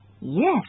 Yes